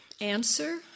answer